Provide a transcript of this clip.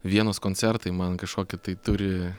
vienos koncertai man kažkokį tai turi